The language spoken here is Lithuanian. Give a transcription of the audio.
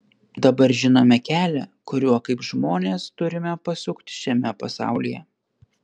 dabar žinome kelią kuriuo kaip žmonės turime pasukti šiame pasaulyje